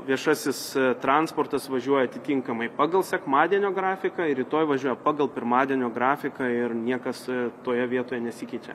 viešasis transportas važiuoja atitinkamai pagal sekmadienio grafiką ir rytoj važiuoja pagal pirmadienio grafiką ir niekas toje vietoj nesikeičia